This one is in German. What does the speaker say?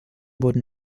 wurden